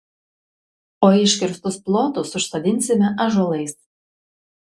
o iškirstus plotus užsodinsime ąžuolais